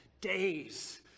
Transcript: days